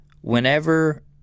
whenever –